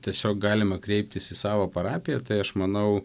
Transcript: tiesiog galima kreiptis į savo parapiją tai aš manau